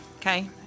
Okay